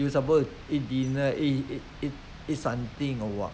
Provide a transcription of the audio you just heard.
you supposed to eat dinner e~ e~ e~ eat something or what